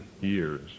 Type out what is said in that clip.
years